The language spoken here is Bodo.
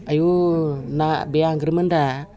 आयु ना बे आंग्रोमोनदा